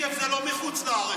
הנגב זה לא מחוץ לארץ,